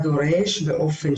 על התמכרויות,